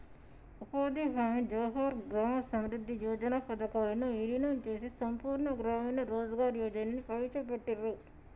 ఉపాధి హామీ, జవహర్ గ్రామ సమృద్ధి యోజన పథకాలను వీలీనం చేసి సంపూర్ణ గ్రామీణ రోజ్గార్ యోజనని ప్రవేశపెట్టిర్రు